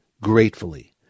gratefully